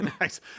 Nice